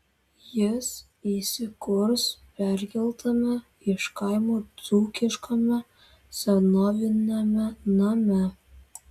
jis įsikurs perkeltame iš kaimo dzūkiškame senoviniame name